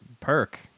perk